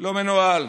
לא מנוהל.